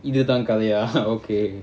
இதுதான்கதையா:idhuthan kadhaiya okay